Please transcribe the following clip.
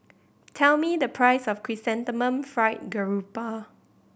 tell me the price of Chrysanthemum Fried Garoupa